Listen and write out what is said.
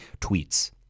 tweets